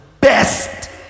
best